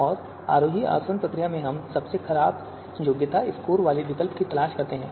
और आरोही आसवन प्रक्रिया में हम सबसे खराब योग्यता स्कोर वाले विकल्प की तलाश करते हैं